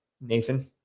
Nathan